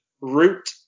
root